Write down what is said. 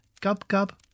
Gub-Gub